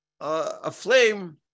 aflame